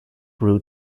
root